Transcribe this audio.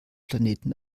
planeten